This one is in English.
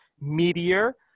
meteor